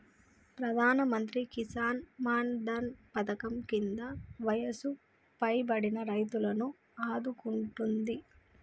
ప్రధానమంత్రి కిసాన్ మాన్ ధన్ పధకం కింద వయసు పైబడిన రైతులను ఆదుకుంటుంది